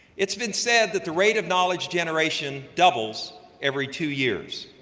it's been said that the rate of knowledge generation doubles every two years,